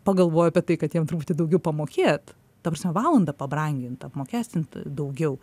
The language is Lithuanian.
pagalvojo apie tai kad jiem rūpi daugiau pamokėt taprasme valandą pabrangint apmokestint daugiau